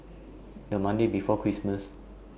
The Monday before Christmas